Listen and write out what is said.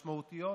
משמעותיות,